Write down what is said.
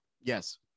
Yes